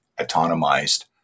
autonomized